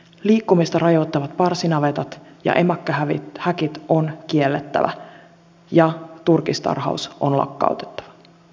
liikkumista rajoittavat parsinavetat ja emakkohäkit on kiellettävä ja turkistarhaus on lakkautettava